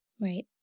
Right